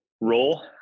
role